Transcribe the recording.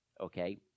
okay